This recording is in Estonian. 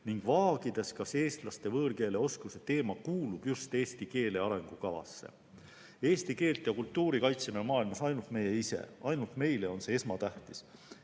ning vaagides, kas eestlaste võõrkeeleoskuse teema ikka kuulub eesti keele arengukavasse. "Eesti keelt ja kultuuri kaitseme maailmas ainult meie ise. Ainult meile on see esmatähtis.